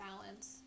balance